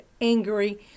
angry